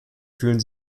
fühlen